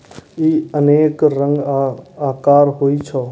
ई अनेक रंग आ आकारक होइ छै